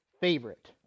favorite